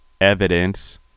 evidence